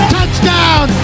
Touchdown